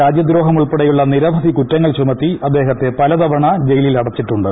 രാജ്യദ്രോഹം ഉൾപ്പെടെയുളള നിരവധി കുറ്റങ്ങൾ ചുമത്തി അദ്ദേഹത്തെ പലതവണ ജയിലിൽ അടച്ചിട്ടുണ്ട്